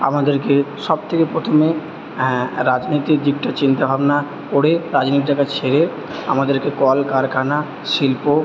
আমাদেরকে সব থেকে প্রথমে রাজনীতির দিকটা চিন্তা ভাবনা করে রাজনীতিটাকে ছেড়ে আমাদেরকে কলকারখানা শিল্প